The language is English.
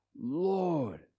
Lord